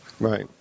Right